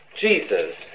Jesus